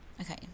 Okay